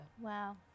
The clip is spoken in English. Wow